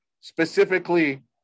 specifically